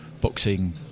boxing